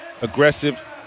aggressive